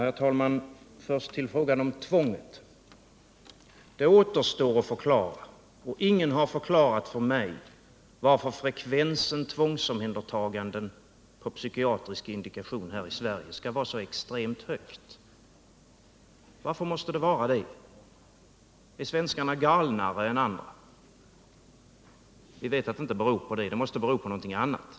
Herr talman! Först till frågan om tvånget. Det återstår att förklara — ingen har förklarat för mig — varför frekvensen tvångsomhändertaganden på psykiatrisk indikation här i Sverige är så extremt hög. Varför måste den vara det? Är svenskarna galnare än andra? Vi vet att det inte beror på det. Det måste bero på någonting annat.